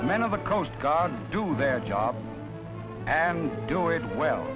the men of the coast guard do their job and do it well